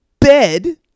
Bed